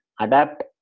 adapt